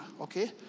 Okay